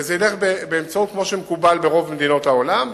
וזה ילך כמו שמקובל ברוב מדינות העולם,